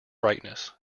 brightness